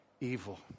evil